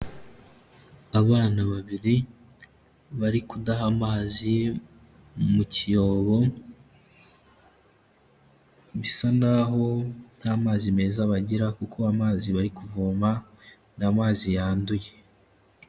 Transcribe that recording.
Abana babiri bari kudaha amazi mu cyobo, bisa naho nta mazi meza bagira kuko amazi bari kuvoma ni amazi yanduye.